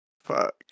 Fuck